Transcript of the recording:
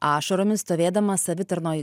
ašaromis stovėdamas savitarnoj